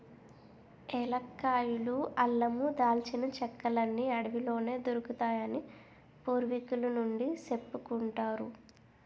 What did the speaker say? ఏలక్కాయలు, అల్లమూ, దాల్చిన చెక్కలన్నీ అడవిలోనే దొరుకుతాయని పూర్వికుల నుండీ సెప్పుకుంటారు